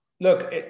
Look